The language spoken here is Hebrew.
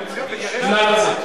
נא לצאת.